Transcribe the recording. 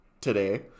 today